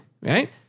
right